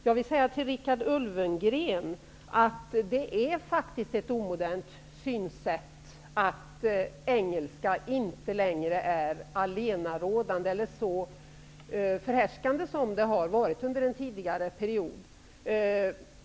Jag vill säga till Richard Ulfvengren att det faktiskt är ett omodernt synsätt att engelskan inte längre är allenarådande eller så förhärskande som den varit under en tidigare period.